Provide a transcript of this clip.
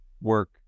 work